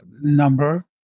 number